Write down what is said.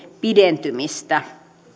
pidentymistä